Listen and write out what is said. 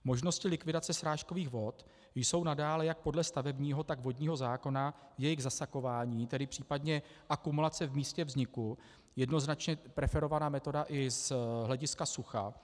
Možnosti likvidace srážkových vod jsou nadále jak podle stavebního, tak vodního zákona jejich zasakování, tedy případně akumulace v místě vzniku, jednoznačně preferovaná metoda i z hlediska sucha.